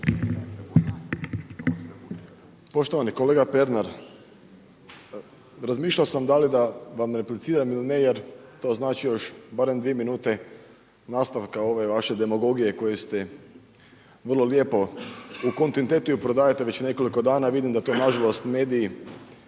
Poštovani kolega Pernar razmišljao sam da li da vam repliciram ili ne jer to znači još barem dvije minute nastavka ove vaše demagogije koju ste vrlo lijepo u kontinuitetu je prodajete već nekoliko dana i vidim da to nažalost mediji